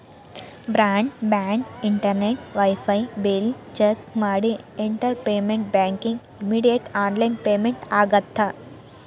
broad band internet wifi bill check ಮಾಡಿ Airtel payment ಬ್ಯಾಂಕಿಗಿ immediate online payment ಆಗತ್ತಾ